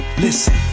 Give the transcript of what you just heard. listen